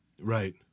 Right